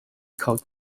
koch